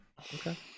Okay